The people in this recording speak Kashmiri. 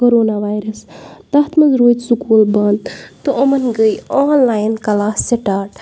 کرونا ویَرَس تَتھ منٛز رودۍ سکول بَند تہٕ یِمَن گٔے آن لاین کٕلاس سِٹاٹ